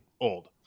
old